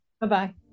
Bye-bye